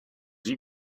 sie